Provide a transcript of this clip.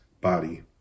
body